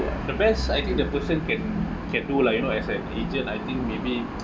the best I think the person can can do lah you know as an agent I think maybe